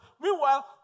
Meanwhile